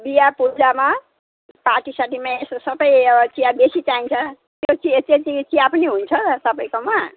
बिहा पूजामा पार्टीसाटीमा यसो सबै यो चिया बेसी चाहिन्छ त्यो चि त्यत्तिको चिया पनि हुन्छ तपाईँकोमा